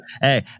hey